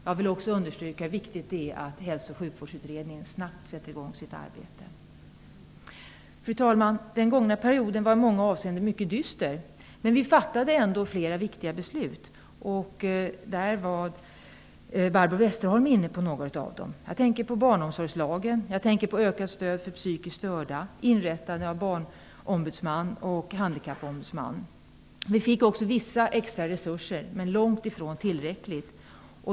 Jag vill också understryka att det är viktigt att Hälso och sjukvårdsutredningen snabbt sätter i gång med sitt arbete. Fru talman! Den gångna perioden var i många avseenden mycket dyster. Men vi fattade flera viktiga beslut. Barbro Westerholm var inne på några av dem. Jag tänker på barnomsorgslagen, på detta med ökat stöd för psykiskt störda samt på inrättandet av Vi fick också vissa extra resurser, men långt ifrån tillräckligt.